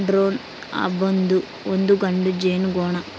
drone ಅಂಬೊದು ಒಂದು ಗಂಡು ಜೇನುನೊಣ